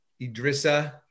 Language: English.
Idrissa